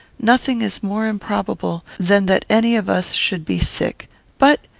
nothing is more improbable than that any of us should be sick but,